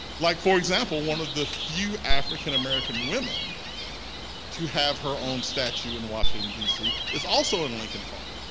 like for example, one of the few african american women to have her own statue in washington dc is also in lincoln park,